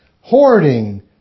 hoarding